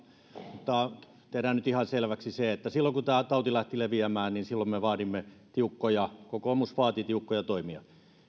mutta tehdään nyt ihan selväksi se että silloin kun tämä tauti lähti leviämään niin silloin me vaadimme kokoomus vaati tiukkoja toimia